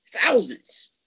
thousands